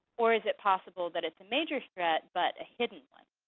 or is it possible that it's a major threat, but a hidden one?